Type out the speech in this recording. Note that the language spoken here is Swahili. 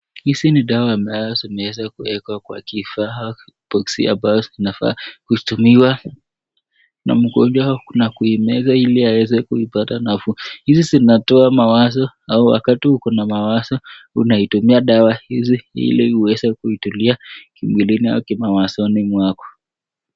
Hizi ni dawa ambazo zimeweza kuwekwa kwa kifaa, boxsi ambazo ziafaa, utumiwa na mgonjwa au, na a kuimeza ili aweza kuipata nafuu. Hizi zinatoa mawazo au wakati huko na mazwazo unatumia dawa hizi ili huweze kuitulia kimwilini ama kimawazoni mwako.